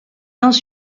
dans